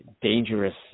dangerous